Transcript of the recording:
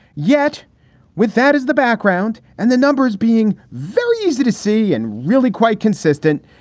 yet with that is the background and the numbers being very easy to see and really quite consistent.